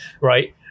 right